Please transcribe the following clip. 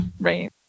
Right